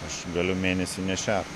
aš galiu mėnesį nešert